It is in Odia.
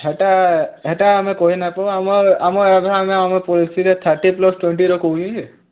ହେଟା ହେଟା ଆମେ କହି ନାଇ ପାରୁ ଆମର୍ ଆମେ ଏଭେ ଆମେ ପଲିସି'ରେ ଥାର୍ଟି ପ୍ଲସ୍ ଟ୍ୱେଣ୍ଟିର କହୁଛେ ଯେ